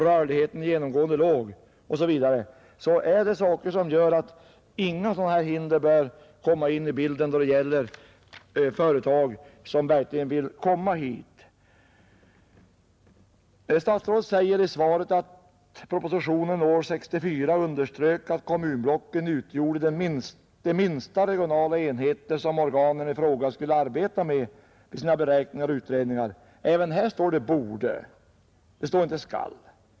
Rörligheten är genomgående låg.” Detta gör att inga hinder bör resas då företag verkligen vill etablera sig där. Statsrådet säger i svaret att det i propositionen år 1964 underströks att kommunblocken utgjorde de minsta regionala enheter som organen i fråga skulle arbeta med vid sina beräkningar och utredningar. Även här står det ”borde”, inte ”skall”.